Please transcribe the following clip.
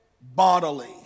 bodily